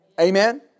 Amen